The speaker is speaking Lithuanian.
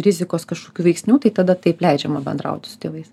rizikos kažkokių veiksnių tai tada taip leidžiama bendraut su tėvais